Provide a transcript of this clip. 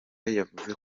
yavuze